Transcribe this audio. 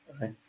right